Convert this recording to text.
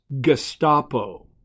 Gestapo